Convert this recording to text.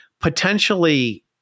potentially